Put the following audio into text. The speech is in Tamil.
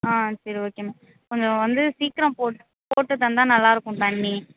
ஆ சரி ஓகே மேம் கொஞ்சம் வந்து சீக்கிரம் போட்டு போட்டு தந்தால் நல்லா இருக்கும் தண்ணி